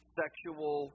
sexual